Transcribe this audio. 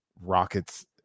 rockets